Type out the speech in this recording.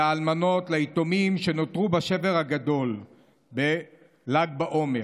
לאלמנות, ליתומים שנותרו בשבר הגדול בל"ג בעומר.